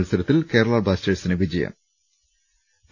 മത്സരത്തിൽ കേരള ബ്ലാസ്റ്റേഴ്സിന് വിജയം ്റ്